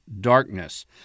darkness